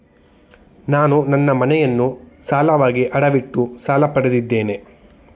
ನಾನು ನನ್ನ ಮನೆಯನ್ನು ಸಾಲವಾಗಿ ಅಡವಿಟ್ಟು ಸಾಲ ಪಡೆದಿದ್ದೇನೆ